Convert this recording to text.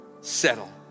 settle